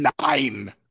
nine